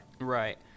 Right